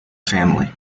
family